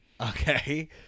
Okay